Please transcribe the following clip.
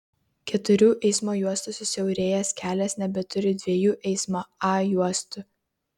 keturių eismo juostų susiaurėjęs kelias nebeturi dviejų eismo a juostų